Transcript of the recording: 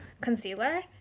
concealer